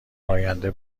آینده